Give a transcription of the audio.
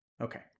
Okay